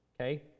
Okay